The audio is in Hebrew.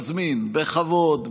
אני מזמין בכבוד,